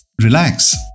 relax